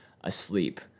asleep